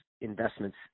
investments